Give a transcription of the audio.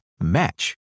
match